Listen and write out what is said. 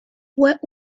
what